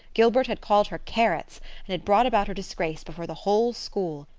gilbert had called her carrots and had brought about her disgrace before the whole school.